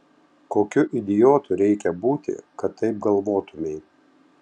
kokiu idiotu reikia būti kad taip galvotumei